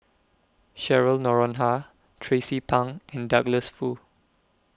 Cheryl Noronha Tracie Pang and Douglas Foo